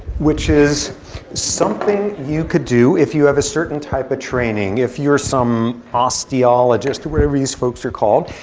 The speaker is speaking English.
which is something you can do if you have a certain type of training. if you're some osteologist, or whatever these folks are called.